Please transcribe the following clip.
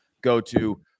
go-to